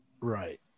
Right